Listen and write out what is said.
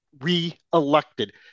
re-elected